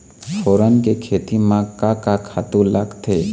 फोरन के खेती म का का खातू लागथे?